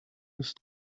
used